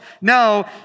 No